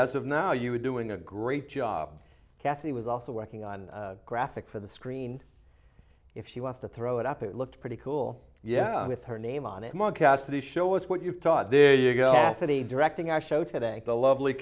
as of now you are doing a great job kathy was also working on graphics for the screen if she wants to throw it up it looks pretty cool yeah with her name on it mark cassidy show us what you've taught there you go city directing our show today the lovely